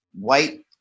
white